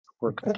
work